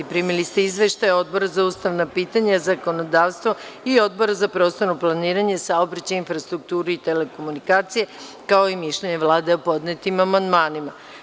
Primili ste izveštaj Odbora za ustavna pitanja i zakonodavstvo i Odbora za prostorno planiranje, saobraćaj, infrastrukturu i telekomunikacije, kao i mišljenje Vlade o podnetim amandmanima.